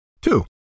two